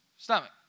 stomach